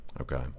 Okay